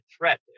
threat